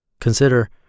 Consider